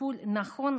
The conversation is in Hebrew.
טיפול נכון,